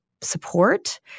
support